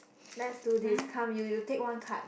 let's do this come you you take one card